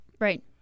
Right